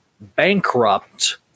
bankrupt